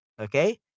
Okay